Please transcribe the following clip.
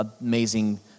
amazing